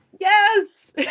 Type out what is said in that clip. Yes